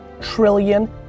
trillion